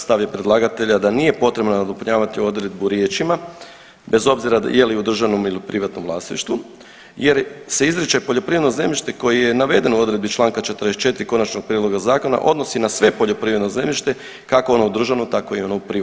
Stav je predlagatelja da nije potrebno nadopunjavati odredbu riječima, bez obzira je li u državnom ili privatnom vlasništvu jer se izriče poljoprivredno zemljište koje je navedeno u odredbi čl. 44 konačnog prijedloga zakona odnosi na sve poljoprivredno zemljište, kako ono državno, tako i ono u privatnom vlasništvu.